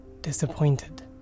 disappointed